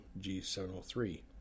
g703